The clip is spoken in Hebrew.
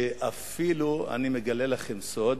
ואני אפילו מגלה לכם סוד,